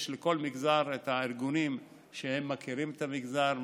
יש לכל מגזר את הארגונים שמכירים את המגזר,